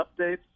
updates